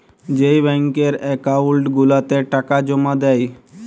যেই ব্যাংকের একাউল্ট গুলাতে টাকা জমা দেই